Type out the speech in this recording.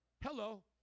Hello